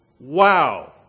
Wow